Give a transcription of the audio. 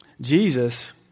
Jesus